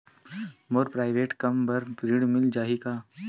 मोर private कम बर ऋण मिल जाही का?